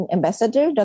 Ambassador